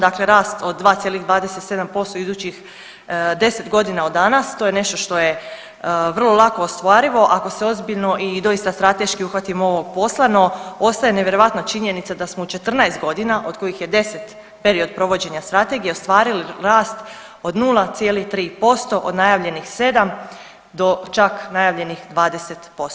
Dakle, rast od 2,27% u idućih 10 godina od danas to je nešto što je vrlo lako ostvarivo ako se ozbiljno i doista strateški uhvatimo ovog posla, no ostaje nevjerojatna činjenica da smo u 14 godina od kojih je 10 period provođenja strategije ostvarili rast od 0,3% od najavljenih 7 do čak najavljenih 20%